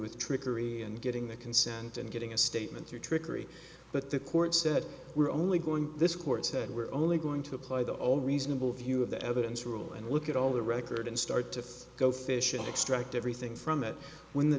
with trickery and getting the consent and getting a statement through trickery but the court said we're only going this court said we're only going to apply the all reasonable view of the evidence rule and look at all the record and start to go fish and extract everything from it when the